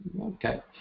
Okay